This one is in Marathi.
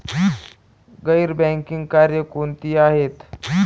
गैर बँकिंग कार्य कोणती आहेत?